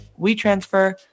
WeTransfer